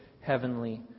heavenly